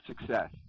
success